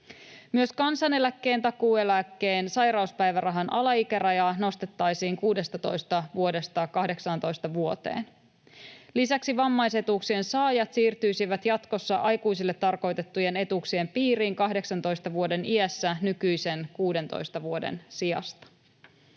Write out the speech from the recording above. Myös kansaneläkkeen, takuueläkkeen ja sairauspäivärahan alaikärajaa nostettaisiin 16 vuodestaan 18 vuoteen. Lisäksi vammaisetuuksien saajat siirtyisivät jatkossa aikuisille tarkoitettujen etuuksien piiriin 18 vuoden iässä nykyisen 16 vuoden sijasta.